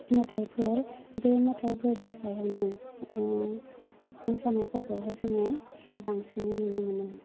मेथाइफोर बे मेथाइफोरनि सायावनो य मोसानायफोरखौहाय जोङो बांसिनै नुनो मोनो